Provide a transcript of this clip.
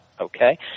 Okay